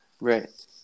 right